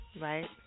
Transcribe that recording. Right